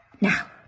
Now